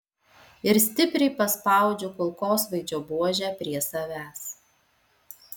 ir stipriai paspaudžiu kulkosvaidžio buožę prie savęs